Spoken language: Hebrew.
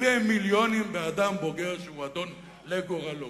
ומיליונים באדם בוגר שהוא אדון לגורלו.